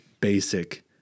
basic